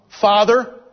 Father